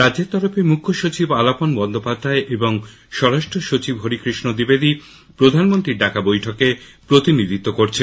রাজ্যের তরফে মুখ্যসচিব আলাপন বন্দ্যোপাধ্যায় এবং স্বরাষ্ট্র সচিব হরিকৃষ্ণ দ্বিবেদী প্রধানমন্ত্রীর ডাকা বৈঠকে প্রতিনিধিত্ব করছেন